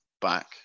back